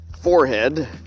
forehead